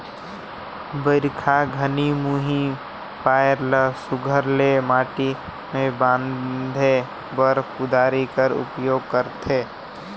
बरिखा घनी मुही पाएर ल सुग्घर ले माटी मे बांधे बर कुदारी कर उपियोग करथे